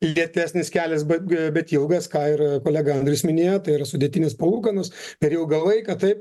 lėtesnis kelias beg bet ilgas ką ir kolega andrius minėjo tai yra sudėtinės palūkanos per ilgą laiką taip